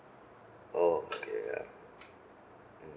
oh okay ya mm